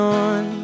on